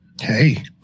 Hey